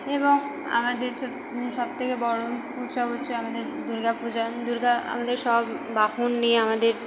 এবং আমাদের সব থেকে বড়ো উৎসব হচ্ছে আমাদের দুর্গা পূজা দুর্গা আমাদের সব বাহন নিয়ে আমাদের